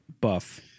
buff